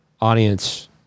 audience